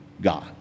God